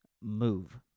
move